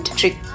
trick